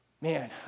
Man